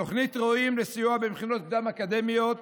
תוכנית ראויים לסיוע במכינות הקדם-אקדמיות,